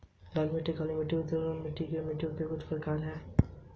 लाल मिट्टी, काली मिटटी, लैटराइट मिट्टी आदि मिट्टियों के कुछ प्रकार है